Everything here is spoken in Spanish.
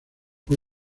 fue